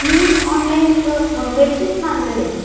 मी online एक bedsheets मागवलेले आहेत